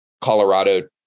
Colorado